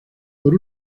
por